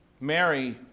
Mary